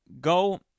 go